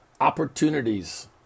opportunities